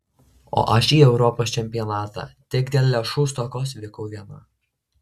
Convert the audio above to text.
o aš į europos čempionatą tik dėl lėšų stokos vykau viena